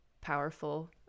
powerful